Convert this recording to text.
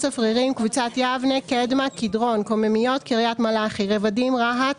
צפרירים קבוצת יבנה קדמה קדרון קוממיות קריית מלאכי רבדים רהט